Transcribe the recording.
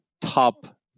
top